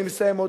אני מסיים,